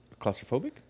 Claustrophobic